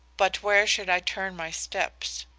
but where should i turn my steps?